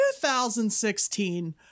2016